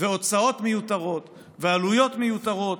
הוצאות מיותרות ועלויות מיותרות.